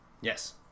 Yes